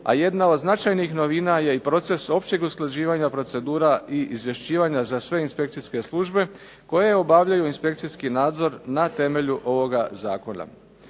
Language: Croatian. a jedna od značajnih novina je i proces općeg usklađivanja procedura i izvješćivanja za sve inspekcijske službe koje obavljaju inspekcijski nadzor na temelju ovoga zakona.